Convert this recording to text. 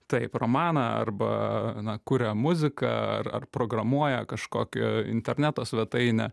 taip romaną arba na kuria muziką ar ar programuoja kažkokią interneto svetainę